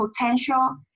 potential